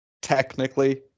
Technically